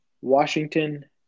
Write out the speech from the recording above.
Washington